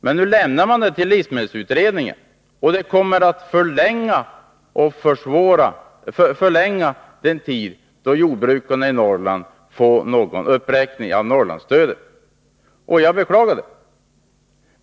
Men nu lämnar man utredningens förslag till livsmedelsutredningen, och det kommer att förlänga den tid som förflyter innan jordbruket i Norrland får någon uppräkning av stödet. Jag beklagar det.